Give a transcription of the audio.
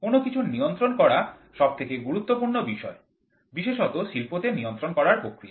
কোন কিছুর নিয়ন্ত্রণ করা সবথেকে গুরুত্বপূর্ণ বিষয় বিশেষত শিল্প তে নিয়ন্ত্রণ করার প্রক্রিয়া